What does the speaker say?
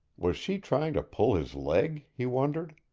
was she trying to pull his leg? he wondered.